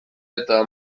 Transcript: eta